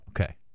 Okay